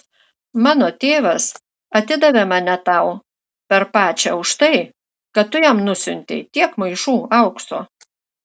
mano tėvas atidavė mane tau per pačią už tai kad tu jam nusiuntei tiek maišų aukso